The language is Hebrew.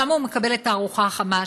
שם הוא מקבל את הארוחה החמה,